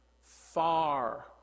Far